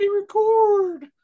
record